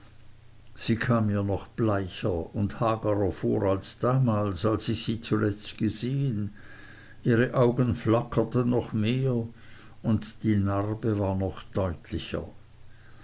sie kam mir noch bleicher und hagerer vor als damals als ich sie zuletzt gesehen ihre augen flackerten noch mehr und die narbe war noch deutlicher